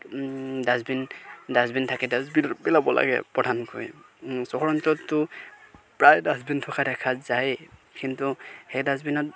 dustbin dustbin থাকে dustbin পেলাব লাগে প্ৰধানকৈ চহৰ অঞ্চলততো প্ৰায় ডাষ্টবিন থকা দেখা যায়েই কিন্তু সেই ডাষ্টবিনত